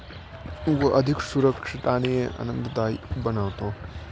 व अधिक सुरक्षित आणि आनंददायी बनवतो